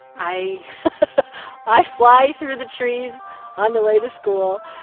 i i fly through the trees on the way to school,